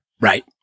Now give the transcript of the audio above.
Right